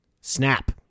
snap